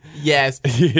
Yes